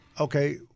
Okay